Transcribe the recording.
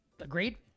Agreed